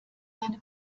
deine